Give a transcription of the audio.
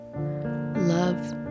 Love